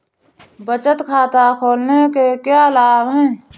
बचत खाता खोलने के क्या लाभ हैं?